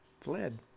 fled